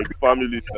family